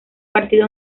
partido